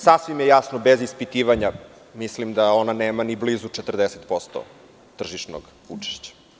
Sasvim je jasno i bez ispitivanja, mislim da ona nema ni blizu 40% tržišnog učešća.